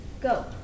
Go